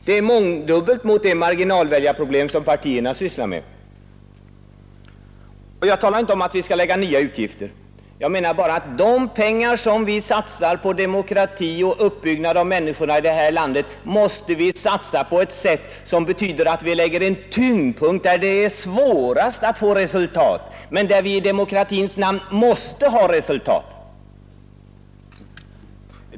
Det är mångdubbelt mot de marginalväljarproblem som partierna sysslar med. Jag talar inte om att vi skall ha nya utgifter. Jag menar bara att de pengar som vi satsar på demokrati och uppbyggnad av människorna i vårt land måste vi satsa på ett sätt som betyder att vi lägger tyngdpunkten där det är svårast att få resultat men där vi i demokratins namn måste ha resultat.